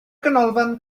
ganolfan